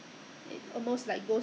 err we leave house